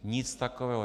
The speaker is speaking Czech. Nic takového.